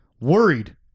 worried